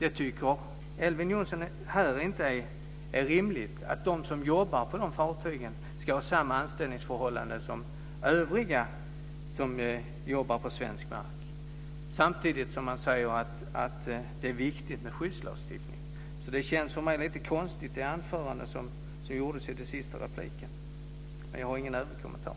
Elver Jonsson tycker inte det är rimligt att de som jobbar på dessa fartyg ska ha samma anställningsförhållanden som övriga som jobbar på svensk mark. Samtidigt säger han att det är viktigt med skyddslagstiftning. Det anförande som gjordes i den sista repliken kändes därför lite konstigt för mig. Jag har ingen övrig kommentar.